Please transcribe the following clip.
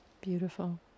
Beautiful